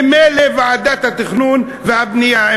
ממילא ועדת התכנון והבנייה,